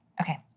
Okay